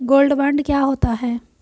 Gold bond क्या होता है?